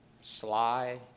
sly